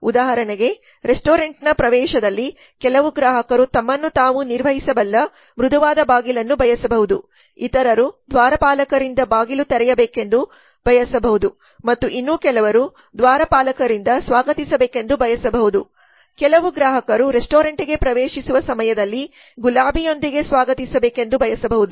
ಉದಾಹರಣೆಗೆ ರೆಸ್ಟೋರೆಂಟ್ನ ಪ್ರವೇಶದಲ್ಲಿ ಕೆಲವು ಗ್ರಾಹಕರು ತಮ್ಮನ್ನು ತಾವು ನಿರ್ವಹಿಸಬಲ್ಲ ಮೃದುವಾದ ಬಾಗಿಲನ್ನು ಬಯಸಬಹುದು ಇತರರು ದ್ವಾರಪಾಲಕರಿಂದ ಬಾಗಿಲು ತೆರೆಯಬೇಕೆಂದು ಅವರು ಬಯಸಬಹುದು ಮತ್ತು ಇನ್ನೂ ಕೆಲವರು ದ್ವಾರಪಾಲಕರಿಂದ ಸ್ವಾಗತಿಸಬೇಕೆಂದು ಬಯಸಬಹುದು ಕೆಲವು ಗ್ರಾಹಕರು ರೆಸ್ಟೋರೆಂಟ್ಗೆ ಪ್ರವೇಶಿಸುವ ಸಮಯದಲ್ಲಿ ಗುಲಾಬಿಯೊಂದಿಗೆ ಸ್ವಾಗತಿಸಬೇಕೆಂದು ಬಯಸಬಹುದು